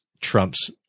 Trump's